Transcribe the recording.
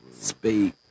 Speak